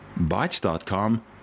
Bytes.com